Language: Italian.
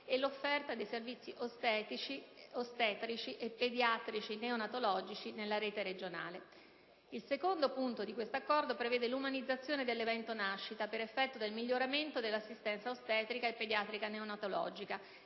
e l'offerta dei servizi ostetrici e pediatrici-neonatologici nella rete regionale. Il secondo punto dell'accordo prevede l'umanizzazione dell'evento nascita per effetto del miglioramento dell'assistenza ostetrico e pediatrica-neonatologica,